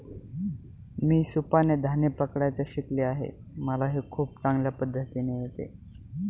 मी सुपाने धान्य पकडायचं शिकले आहे मला हे खूप चांगल्या पद्धतीने येत